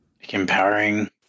Empowering